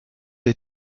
des